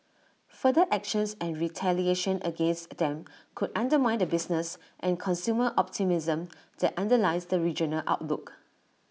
further actions and retaliation against them could undermine the business and consumer optimism that underlies the regional outlook